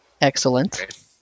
Excellent